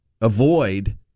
avoid